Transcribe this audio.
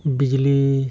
ᱵᱤᱡᱞᱤ